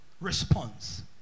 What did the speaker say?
response